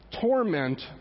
torment